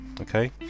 okay